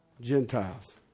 Gentiles